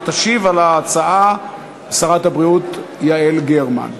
תשיב על ההצעה שרת הבריאות יעל גרמן.